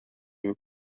you